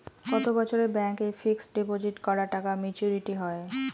কত বছরে ব্যাংক এ ফিক্সড ডিপোজিট করা টাকা মেচুউরিটি হয়?